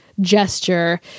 gesture